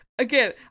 Again